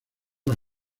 las